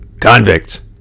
Convicts